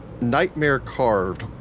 nightmare-carved